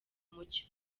umucyo